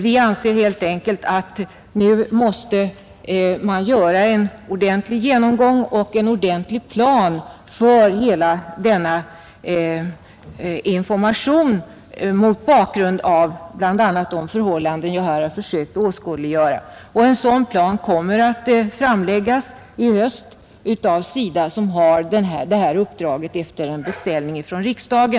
Vi anser helt enkelt att man nu måste göra en ordentlig genomgång och en ordentlig plan för hela denna information mot bakgrund av bl.a. de förhållanden jag här försökt åskådliggöra. En sådan plan kommer att framläggas i höst av SIDA, som har fått detta uppdrag efter en beställning från riksdagen.